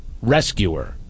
rescuer